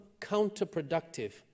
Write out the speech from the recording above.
counterproductive